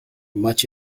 much